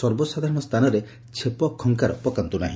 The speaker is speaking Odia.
ସର୍ବସାଧାରଣ ସ୍ଚାନରେ ଛେପ ଖଙ୍କାର ପକାନ୍ତୁ ନାହି